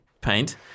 paint